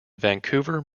vancouver